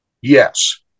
yes